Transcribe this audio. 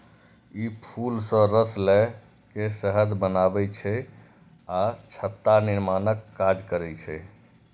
ई फूल सं रस लए के शहद बनबै छै आ छत्ता निर्माणक काज करै छै